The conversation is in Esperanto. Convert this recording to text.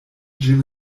ĝin